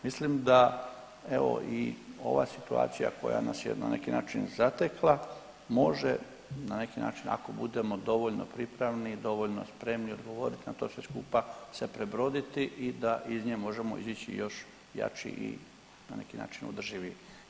Mislim da evo i ova situacija koja nas je na neki način zatekla može na neki način ako budemo dovoljno pripravni i dovoljno spremni odgovorit na to sve skupa, sve prebroditi i da iz nje možemo izići još jači i na neki način održiviji.